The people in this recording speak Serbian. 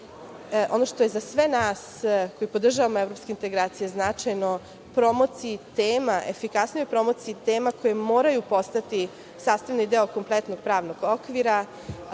ono što je za sve nas, koji podržavamo evropske integracije, značajno promociji tema, efikasnijoj promociji tema koje moraju postati sastavni deo kompletnog pravnog okvira,